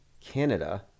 canada